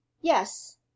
yes